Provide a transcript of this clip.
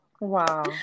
Wow